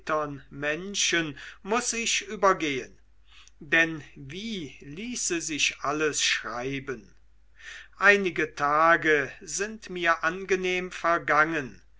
menschen muß ich übergehen denn wie ließe sich alles schreiben einige tage sind mir angenehm vergangen